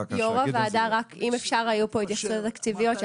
בבקשה, היועצת המשפטית.